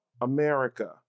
America